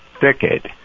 thicket